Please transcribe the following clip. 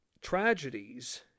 tragedies